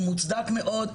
מוצדק מאוד.